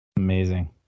amazing